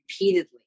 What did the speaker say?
repeatedly